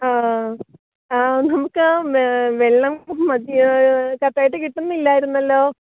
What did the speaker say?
ആഹ് ആഹ് ആ നമുക്ക് ആ ആ വെള്ളം കറക്ടായിട്ട് കിട്ടുന്നില്ലായിരുന്നല്ലോ